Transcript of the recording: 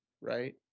right